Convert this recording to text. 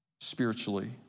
spiritually